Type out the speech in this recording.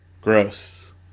Gross